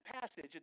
passage